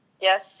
Yes